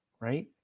right